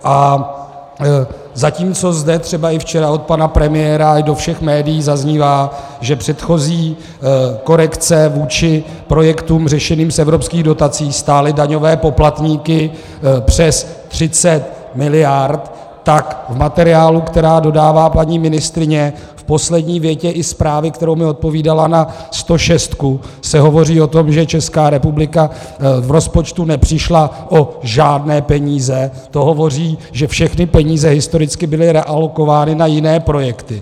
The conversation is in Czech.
A zatímco zde třeba i včera od pana premiéra, ale i do všech médií zaznívá, že předchozí korekce vůči projektům řešeným z evropských dotací stály daňové poplatníky přes 30 mld., tak v materiálu, který dodává paní ministryně, v poslední větě i zprávy, kterou mi odpovídala na stošestku, se hovoří o tom, že ČR v rozpočtu nepřišla o žádné peníze, to hovoří, že všechny peníze historicky byly realokovány na jiné projekty.